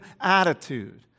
attitude